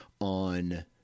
on